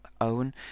own